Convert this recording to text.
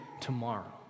tomorrow